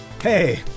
hey